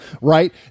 Right